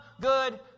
good